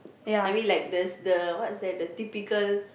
I mean like this the what's that the typical